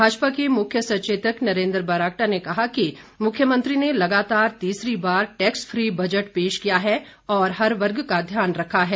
भाजपा के मुख्य सचेतक नरेंद्र बरागटा ने कहा कि मुख्यमंत्री ने लगातार तीसरी बार टैक्स फ्री बजट पेश किया है और हर वर्ग का ध्यान रखा है